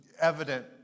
evident